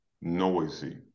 noisy